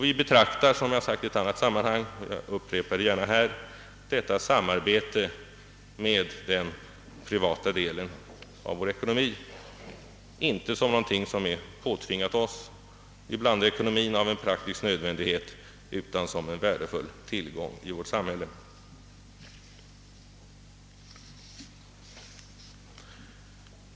Vi betraktar, som jag sagt i annat sammanhang — jag upprepar det gärna nu — detta samarbete med den privata delen av vår ekonomi inte som någonting som påtvingats oss som en praktisk nödvändighet utan som en värdefull tillgång i vårt samhälle.